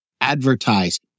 advertise